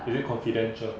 is it confidential